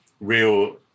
real